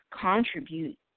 contribute